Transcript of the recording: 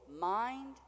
mind